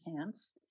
camps